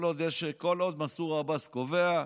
כל עוד מנסור עבאס קובע,